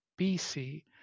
BC